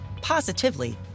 positively